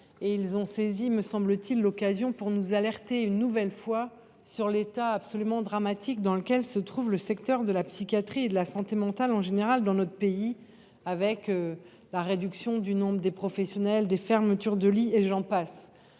Ils en ont profité pour nous alerter une nouvelle fois sur l’état absolument dramatique dans lequel se trouve le secteur de la psychiatrie et de la santé mentale en général, avec la réduction du nombre de professionnels, les fermetures de lits – et j’en passe.